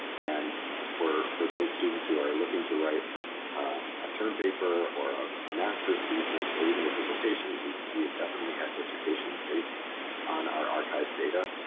and for for those students who are looking to write a term paper or a master's thesis or even a dissertation, we we have definitely had dissertations based on our archive data.